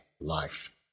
life